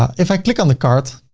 if i click on the cart,